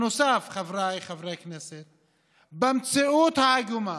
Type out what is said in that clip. נוסף, חבריי חברי הכנסת: במציאות העגומה,